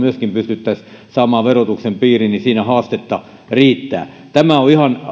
pystyttäisiin saamaan verotuksen piiriin niin siinä haastetta riittää tämä on ihan